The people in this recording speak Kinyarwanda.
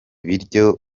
biryo